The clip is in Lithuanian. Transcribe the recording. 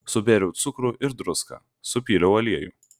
subėriau cukrų ir druską supyliau aliejų